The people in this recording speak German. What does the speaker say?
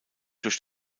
durch